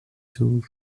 tools